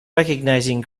recognizing